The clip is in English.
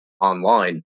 online